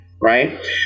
Right